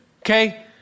Okay